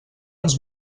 ens